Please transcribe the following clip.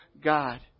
God